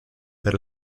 per